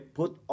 put